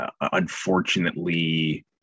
unfortunately